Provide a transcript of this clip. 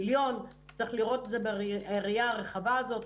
מיליון צריך לראות את זה בראייה הרחבה הזו,